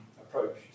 approach